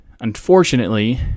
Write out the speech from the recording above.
unfortunately